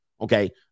Okay